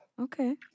okay